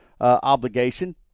obligation